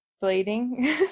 bleeding